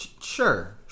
Sure